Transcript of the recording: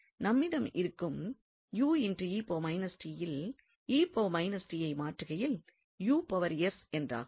நம்மிடம் இருக்கும் 𝑢𝑒−𝑡 யில் 𝑒−𝑡 ஐ மாற்றுகையில் 𝑢𝑠 என்றாகும்